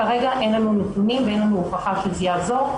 כרגע אין לנו נתונים ואין לנו הוכחה שזה יעזור,